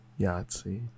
Yahtzee